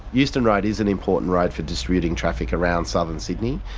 euston road is an important road for distributing traffic around southern sydney.